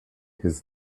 his